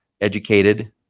educated